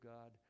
God